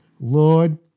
Lord